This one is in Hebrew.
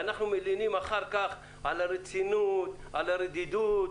ואנחנו מלינים אחר כך על הרצינות, על הרדידות?